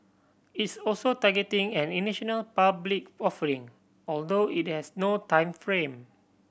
it's also targeting an initial public offering although it has no time frame